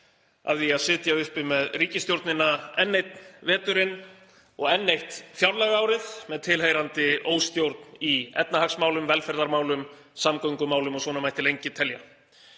af því að sitja uppi með ríkisstjórnina enn einn veturinn og enn eitt fjárlagaárið með tilheyrandi óstjórn í efnahagsmálum, velferðarmálum, samgöngumálum og svona mætti lengi telja.